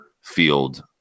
field